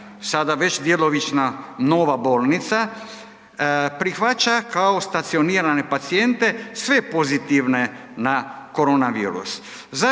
sada već djelomična nova bolnica, prihvaća kao stacionirane pacijente sve pozitivne na koronavirus.